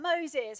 Moses